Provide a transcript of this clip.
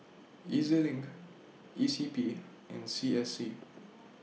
E Z LINK E C P and C S C